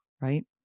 right